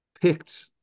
picked